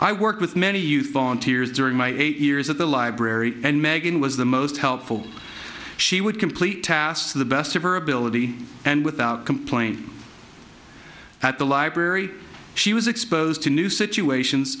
i worked with many youth volunteers during my eight years at the library and meghan was the most helpful she would complete tasks to the best of her ability and without complaint at the library she was exposed to new situations